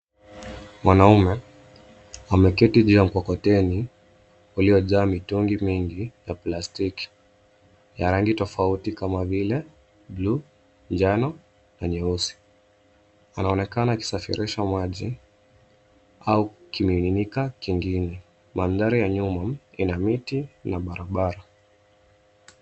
Mwanaume ameketi juu ya mkokoteni uliojaa mitungi mingi ya plastiki ya rangi tofauti kama vile bluu, njano na nyeusi. Anaonekana akisafirisha maji au kimiminika kingine. Mandhari ya nyuma ina miti na barabara.